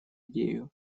идею